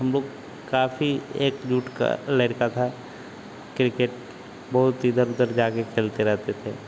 हमलोग काफ़ी एकजुट का लड़का था क्रिकेट बहुत इधर उधर जाकर खेलते रहते थे